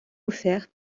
offert